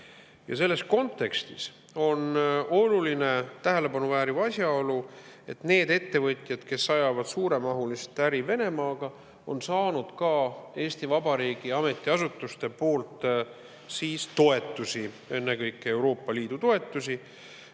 Selles kontekstis on oluline, tähelepanu vääriv asjaolu, et need ettevõtjad, kes ajavad suuremahulist äri Venemaaga, on saanud Eesti Vabariigi ametiasutustelt toetusi, ennekõike Euroopa Liidu toetusi.